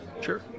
Sure